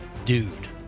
Dude